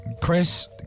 Chris